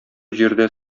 җирдә